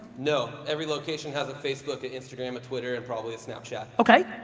no, every location has a facebook, ah instagram, twitter and probably snapchat. okay.